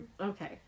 Okay